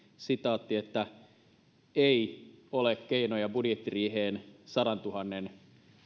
sitaatti ei ole keinoja budjettiriiheen sadantuhannen